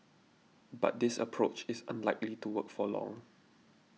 but this approach is unlikely to work for long